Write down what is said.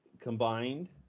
Combined